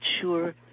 sure